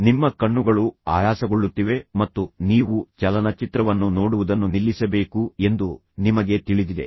ನಿಮ್ಮ ಕಣ್ಣುಗಳು ಆಯಾಸಗೊಳ್ಳುತ್ತಿವೆ ಮತ್ತು ನೀವು ಚಲನಚಿತ್ರವನ್ನು ನೋಡುವುದನ್ನು ನಿಲ್ಲಿಸಬೇಕು ಎಂದು ನಿಮಗೆ ತಿಳಿದಿದೆ